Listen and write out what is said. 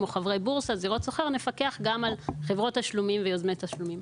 כמו חברי בורסה וזירות סוחר נפקח גם על חברות תשלומים ויוזמי תשלומים.